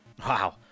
Wow